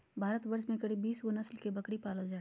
भारतवर्ष में करीब बीस गो नस्ल के बकरी पाल जा हइ